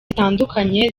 zitandukanye